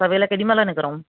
सवेल केॾी महिल निकिरूं